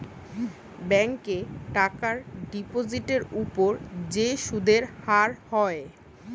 ব্যাংকে টাকার ডিপোজিটের উপর যে সুদের হার হয়